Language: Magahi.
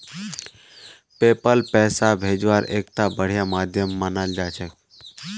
पेपल पैसा भेजवार एकता बढ़िया माध्यम मानाल जा छेक